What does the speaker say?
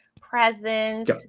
present